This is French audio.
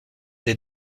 des